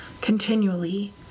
continually